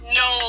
no